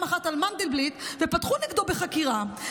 אחת על מנדלבליט ופתחו נגדו בחקירה,